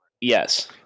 Yes